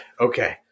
Okay